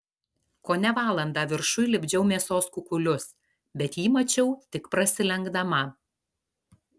kone valandą viršuj lipdžiau mėsos kukulius bet jį mačiau tik prasilenkdama